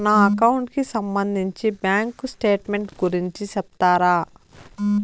నా అకౌంట్ కి సంబంధించి బ్యాంకు స్టేట్మెంట్ గురించి సెప్తారా